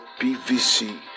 pvc